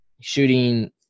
shooting